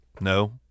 no